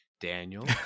Daniel